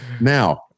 now